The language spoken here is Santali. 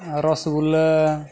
ᱨᱚᱥᱜᱚᱞᱞᱟ